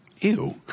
Ew